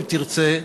אם תרצה,